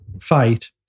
fight